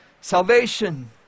salvation